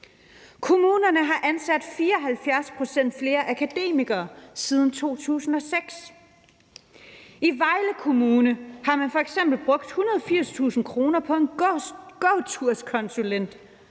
Kommunerne har ansat 74 pct. flere akademikere siden 2006. I Vejle Kommune har man f.eks. brugt 180.000 kr. på en gåturskonsulent.